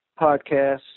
podcast